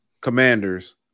commanders